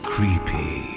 Creepy